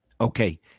Okay